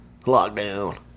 Lockdown